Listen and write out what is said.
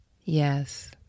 Yes